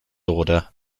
order